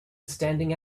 standing